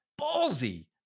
ballsy